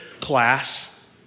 class